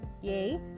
yay